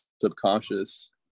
subconscious